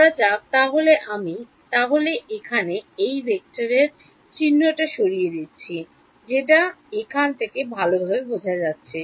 ধরা যাক তাহলে আমি তাহলে এখন এই ভেক্টরের চিহ্ন টা সরিয়ে দিচ্ছি যেটা এখান থেকে ভালোভাবে বোঝা যাচ্ছে